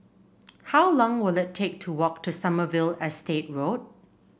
how long will it take to walk to Sommerville Estate Road